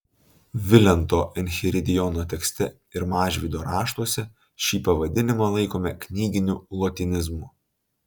vilento enchiridiono tekste ir mažvydo raštuose šį pavadinimą laikome knyginiu lotynizmu